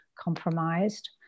compromised